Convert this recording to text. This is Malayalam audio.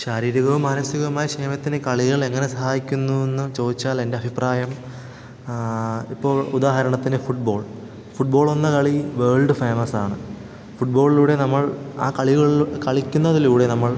ശാരീരികവും മാനസികവുമായി ക്ഷേമത്തിനു കളികൾ എങ്ങനെ സഹായിക്കുന്നു എന്നു ചോദിച്ചാൽ എൻ്റെ അഭിപ്രായം ഇപ്പോൾ ഉദാഹരണത്തിന് ഫുട് ബോൾ ഫുട് ബോളെന്ന കളി വേൾഡ് ഫേമസാണ് ഫുട് ബോളിലൂടെ നമ്മൾ ആ കളികൾ കളിക്കുന്നതിലൂടെ നമ്മൾ